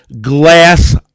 glass